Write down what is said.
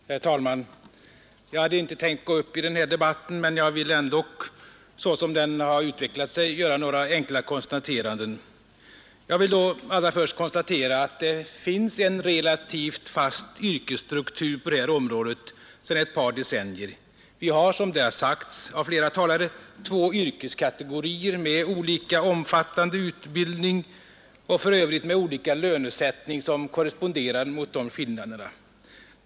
Herr talman! Jag hade inte tänkt begära ordet i denna debatt, men jag vill ändock såsom denna har utvecklat sig göra några enkla konstateranden. Jag vill då allra först notera att det finns en relativt fast yrkesstruktur inom detta område sedan ett par decennier. Vi har, som sagts av flera talare, två yrkeskategorier med olika omfattande utbildning och för övrigt med olika lönesättning, som korresponderar mot dessa skillnader.